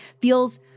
feels